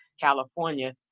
California